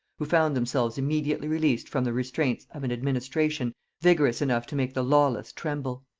who found themselves immediately released from the restraints of an administration vigorous enough to make the lawless tremble.